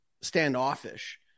standoffish